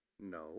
No